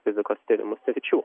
fizikos tyrimų sričių